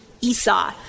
Esau